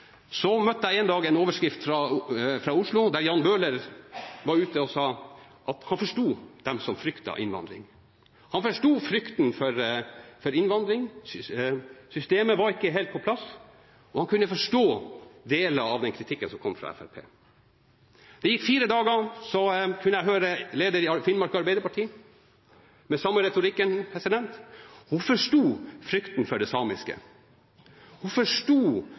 så jeg en dag en overskrift fra Oslo der Jan Bøhler var ute og sa at han forsto dem som fryktet innvandring. Han forsto frykten for innvandring, systemet var ikke helt på plass, og han kunne forstå deler av den kritikken som kom fra Fremskrittspartiet. Det gikk fire dager, så kunne jeg høre lederen i Finnmark Arbeiderparti med den samme retorikken – hun forsto frykten for det samiske og forsto